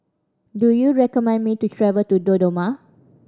do you recommend me to travel to Dodoma